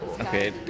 Okay